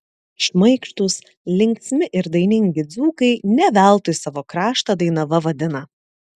šmaikštūs linksmi ir dainingi dzūkai ne veltui savo kraštą dainava vadina